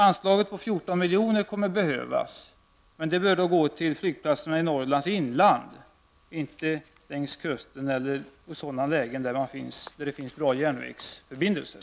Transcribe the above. Anslaget om 14 milj.kr. kommer att behövas, men det bör gå till flygplatserna i Norrlands inland, inte till dem som ligger längs kusten eller i sådana lägen där det finns goda järnvägsförbindelser.